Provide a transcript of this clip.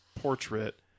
portrait